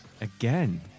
Again